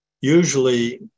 usually